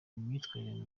imyitwarire